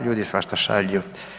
Ljudi svašta šalju.